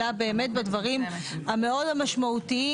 אלא באמת בדברים המאוד משמעותיים,